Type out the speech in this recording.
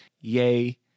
Yay